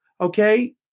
Okay